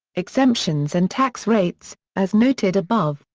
exemptions and tax rates as noted above,